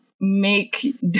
make